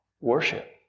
Worship